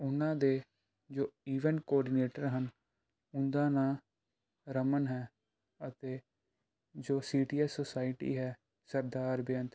ਉਨ੍ਹਾਂ ਦੇ ਜੋ ਈਵੈਂਟ ਕੋਆਰਡੀਨੇਟਰ ਹਨ ਉਹਨਾਂ ਦਾ ਨਾਂ ਰਮਨ ਹੈ ਅਤੇ ਜੋ ਸੀ ਟੀ ਐਸ ਸੋਸਾਇਟੀ ਹੈ ਸਰਦਾਰ ਬੇਅੰਤ